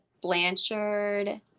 blanchard